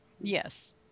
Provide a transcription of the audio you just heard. yes